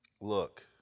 Look